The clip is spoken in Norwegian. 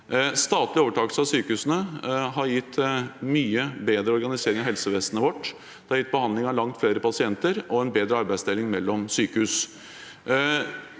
Statlig overtakelse av sykehusene har gitt mye bedre organisering av helsevesenet vårt. Det har gitt behandling av langt flere pasienter og en bedre arbeidsdeling mellom sykehus.